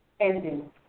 Ending